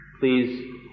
Please